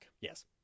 Yes